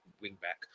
wing-back